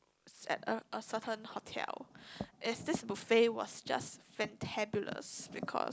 it's at a a certain hotel as this buffet was just fantabulous because